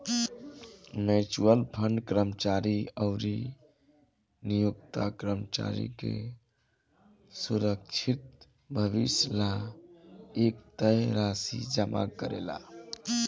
mutual fund कर्मचारी अउरी नियोक्ता कर्मचारी के सुरक्षित भविष्य ला एक तय राशि जमा करेला